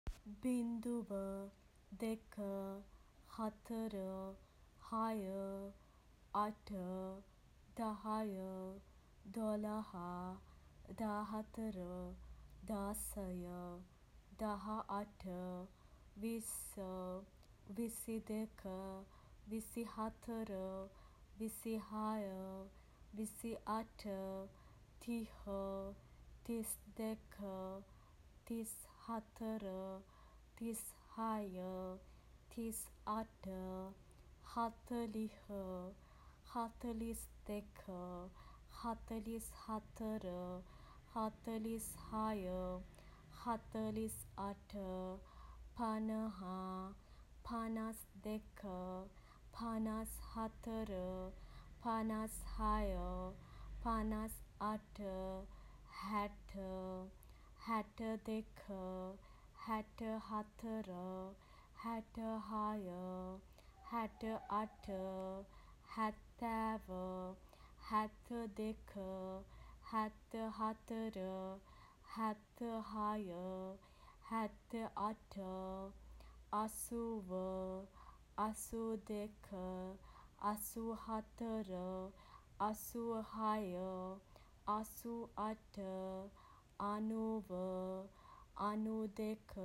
බිංදුව, දෙක, හතර, හය, අට, දහය, දොළහ, දාහතර, දාසය, දහඅට, විස්ස, විසි දෙක, විසිහතර, විසිහය, විසිඅට, තිහ, තිස්දෙක, තිස්හතර, තිස්හය, තිස්අට, හතළිහ, හතළිස්දෙක, හතළිස්හතර, හතළිස්හය, හතළිස්අට, පනහ, පනස්දෙක, පනස්හතර, පනස්හය, පනස්අට, හැට. හැටදෙක, හැටහතර, හැටහය, හැටඅට, හැත්තෑව, හැත්තදෙක, හැත්තහතර, හැත්තහය, හැත්තඅට, අසූව, අසූදෙක, අසූහතර, අසූහය, අසූඅට, අනූව, අනූදෙක.